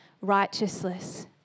Righteousness